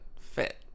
fit